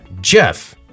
Jeff